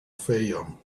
fayoum